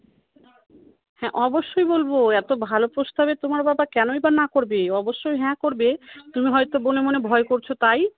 হ্যাঁ অবশ্যই বলবো এত ভালো প্রস্তাবে তোমার বাবা কেনই বা না করবে অবশ্যই হ্যাঁ করবে তুমি হয়তো মনে মনে ভয় করছো তাই